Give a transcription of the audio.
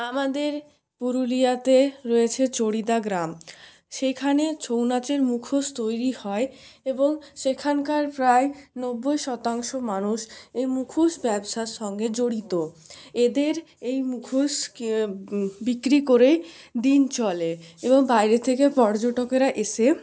আমাদের পুরুলিয়াতে রয়েছে চড়িদা গ্রাম সেইখানে ছৌ নাচের মুখোশ তৈরি হয় এবং সেখানকার প্রায় নব্বই শতাংশ মানুষ এই মুখোশ ব্যবসার সঙ্গে জড়িত এদের এই মুখোশকে বিক্রি করেই দিন চলে এবং বাইরে থেকে পর্যটকেরা এসে